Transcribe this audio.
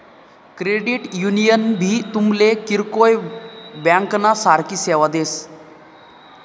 credit union भी तुमले किरकोय ब्यांकना सारखी सेवा देस